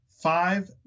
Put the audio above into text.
Five